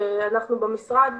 שאנחנו במשרד